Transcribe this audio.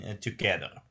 together